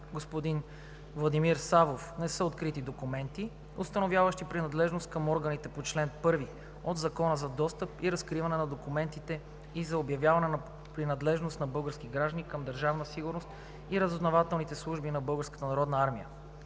господин Владимир Савов не са открити документи, установяващи принадлежност към органите по чл. 1 от Закона за достъп и разкриване на документите и за обявяване на принадлежност на български граждани към Държавна сигурност и разузнавателните служби на